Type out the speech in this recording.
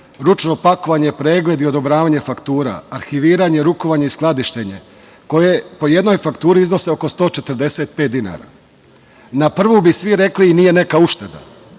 ručno pakovanje, pregled i odobravanje faktura, arhiviranje, rukovanje i skladištenje koje po jednoj fakturi iznose oko 145 dinara. Na prvu bi svi rekli – nije neka ušteda,